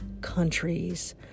countries